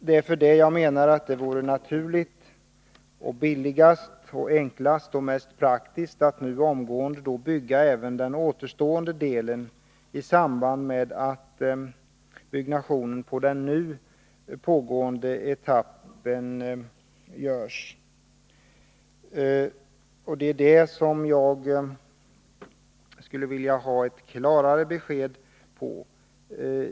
Det är därför enligt min mening naturligast, billigast, enklast och mest praktiskt att omgående bygga även denna återstående del i samband med att byggnationen av den nu pågående etappen sker. Jag skulle på den punkten vilja ha ett klarare besked.